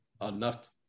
enough